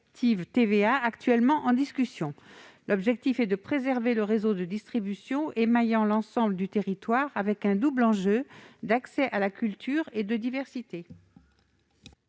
TVA actuellement en discussion. L'objectif est de préserver le réseau de distribution émaillant l'ensemble du territoire, avec un double enjeu d'accès à la culture et de diversité.